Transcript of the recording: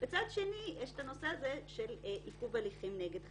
מצד שני, יש נושא של עיכוב הליכים נגד חייב.